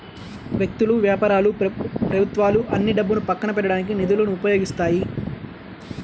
వ్యక్తులు, వ్యాపారాలు ప్రభుత్వాలు అన్నీ డబ్బును పక్కన పెట్టడానికి నిధులను ఉపయోగిస్తాయి